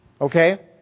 Okay